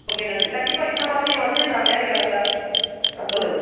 okay நன்றி கண்டிப்பாக இந்த மாதிரியே வந்து நான் மேடை அலங்காரம் ஆ சொல்லுங்கள்